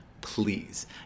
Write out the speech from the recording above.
please